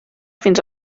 fins